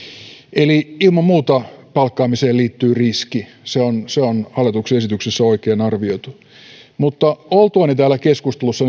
eli ilman muuta palkkaamisen liittyy riski se on se on hallituksen esityksessä oikein arvioitu mutta oltuani täällä keskustelussa